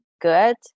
good